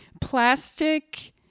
plastic